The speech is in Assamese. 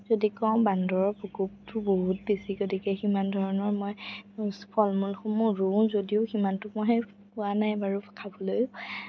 যদি কওঁ বান্দৰৰ প্ৰকোপটো বহুত বেছি গতিকে সিমান ধৰণৰ মই ফল মূলসমূহ ৰুওঁ যদিও সিমানটো মই পোৱা নাই বাৰু খাবলৈ